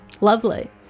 lovely